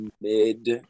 mid